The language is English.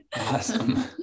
Awesome